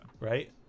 Right